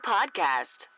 Podcast